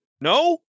No